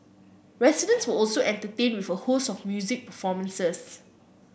residents were also entertained with a host of music performances